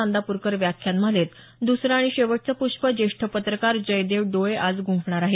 नांदाप्रकर व्याख्यानमालेत दसरं आणि शेवटचं प्प्ष ज्येष्ठ पत्रकार जयदेव डोळे आज गुंफणार आहेत